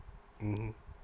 mmhmm